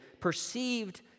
perceived